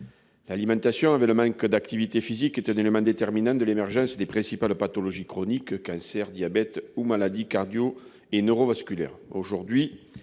l'alimentation. Avec le manque d'activité physique, l'alimentation est un élément déterminant de l'émergence des principales pathologies chroniques- cancer, diabète ou maladies cardiovasculaires